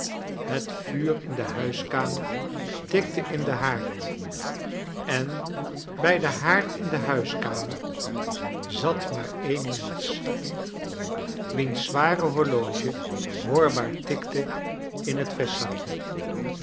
het vuur in de huiskamer tikte in den haard en bij don liaard in de huiskamer zat maar een mensch wiens zware horloge hoorbaar tikte in het